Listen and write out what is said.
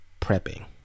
prepping